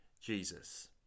Jesus